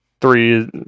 three